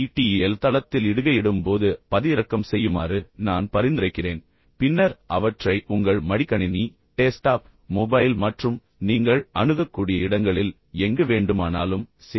L தளத்தில் இடுகையிடும் போது பதிவிறக்கம் செய்யுமாறு நான் பரிந்துரைக்கிறேன் பின்னர் அவற்றை உங்கள் மடிக்கணினி டெஸ்க்டாப் மொபைல் மற்றும் நீங்கள் அணுகக்கூடிய இடங்களில் எங்கு வேண்டுமானாலும் சேமிக்கவும்